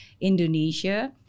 Indonesia